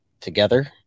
together